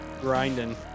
grinding